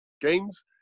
games